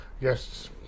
Yes